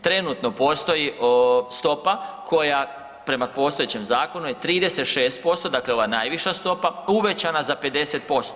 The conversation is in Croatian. Trenutno postoji stopa koja, prema postojećem zakonu, je 36%, dakle ova najviša stopa, uvećana za 50%